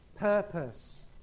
Purpose